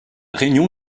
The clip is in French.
réunion